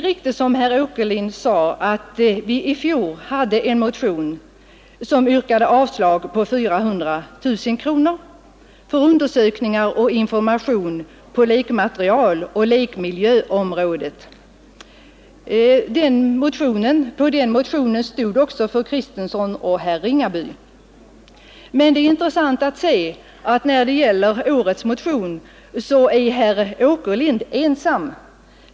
Men som herr Åkerlind sade väcktes det i fjol en motion, vari yrkades avslag på det föreslagna anslaget på 400 000 kronor till undersökningar och information på lekmaterialoch lekmiljöområdet. Som undertecknare av den motionen stod förutom herr Åkerlind också fru Kristensson och herr Ringaby. Nu är det intressant att se, att herr Åkerlind är ensam undertecknare av årets motion.